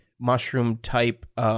mushroom-type